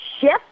shift